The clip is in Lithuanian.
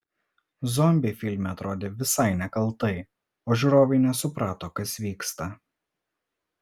zombiai filme atrodė visai nekaltai o žiūrovai nesuprato kas vyksta